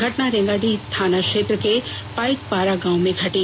घटना रेंगारिह थाना क्षेत्र के पाइकपारा गांव में घटी